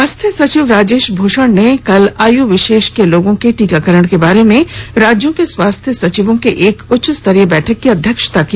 स्वास्थ्य सचिव राजेश भूषण ने कल आय विशेष लोगों के टीकाकरण के बारे में राज्यों के स्वास्थ्य सचिवों की एक उच्चस्तरीय बैठक की अध्यक्षता की